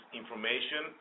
information